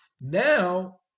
now